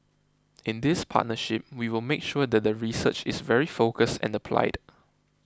in this partnership we will make sure that the research is very focused and applied